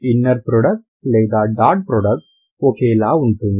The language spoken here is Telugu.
ఇన్నర్ ప్రోడక్ట్ లేదా డాట్ ప్రోడక్ట్ ఒకేలా ఉంటుంది